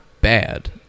bad